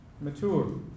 mature